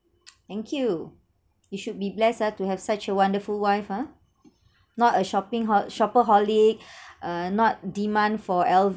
thank you you should be blessed ah to have such a wonderful wife ah not a shopping ho~ shopaholic uh not demand for L_V